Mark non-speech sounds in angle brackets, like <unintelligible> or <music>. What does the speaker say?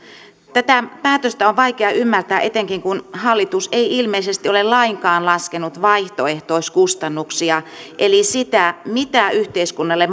tätä päätöstä on vaikea ymmärtää etenkin kun hallitus ei ilmeisesti ole lainkaan laskenut vaihtoehtoiskustannuksia eli sitä mitä yhteiskunnalle <unintelligible>